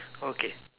okay